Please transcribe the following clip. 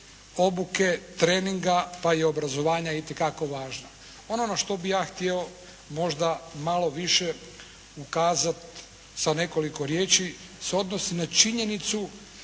obuke, treninga pa i obrazovanja je itekako važna. Ono na što bih ja htio možda malo više ukazati sa nekoliko riječi se odnosi na činjenicu